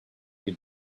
your